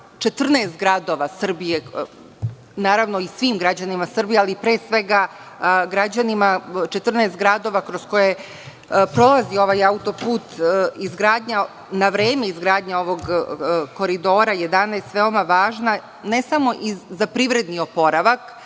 14 gradova Srbije, na ravno i svim građanima Srbije, ali pre svega 14 gradova kroz koje prolazi ovaj autoput, izgradnja na vreme ovog Koridora 11 je važna ne samo za privredni oporavak